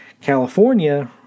California